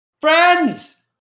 Friends